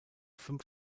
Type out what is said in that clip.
fünf